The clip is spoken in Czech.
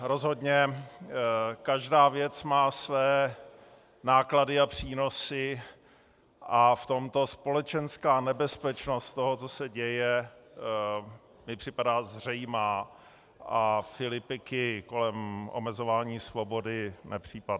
Rozhodně každá věc má své náklady a přínosy a v tomto společenská nebezpečnost toho, co se děje, mi připadá zřejmá a filipiky kolem omezování svobody nepřípadné.